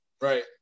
Right